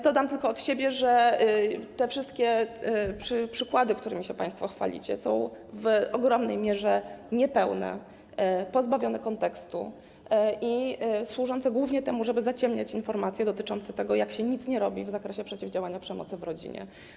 Dodam tylko od siebie, że te wszystkie przykłady, którymi się państwo chwalicie, są w ogromnej mierze niepełne, pozbawione kontekstu i służące głównie temu, żeby zaciemniać informacje dotyczące tego, jak się nic nie robi w zakresie przeciwdziałania przemocy w rodzinie.